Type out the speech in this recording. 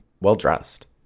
well-dressed